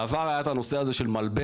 בעבר היה את הנושא הזה של מלבן,